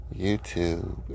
YouTube